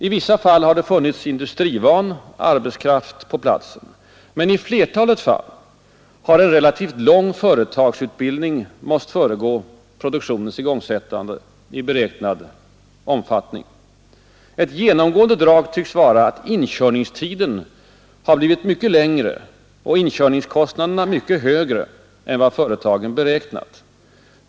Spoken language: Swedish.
I vissa fall har industrivan arbetskraft funnits på platsen, men i flertalet fall har en relativt lång företagsutbildning måst föregå produktionens igångsättande i beräknad omfattning. Ett genomgående drag tycks vara att inkörningstiden har blivit mycket längre och inkörningskostnaderna mycket högre än vad företagen beräknat.